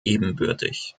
ebenbürtig